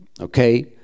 okay